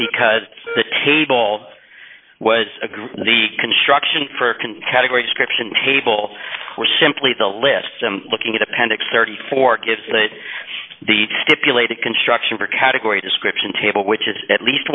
because the table was the construction for can category description table or simply the list i'm looking at appendix thirty four dollars gives that the stipulated construction for category description table which is at least